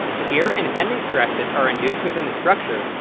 shear and bending stresses are induced within the structure,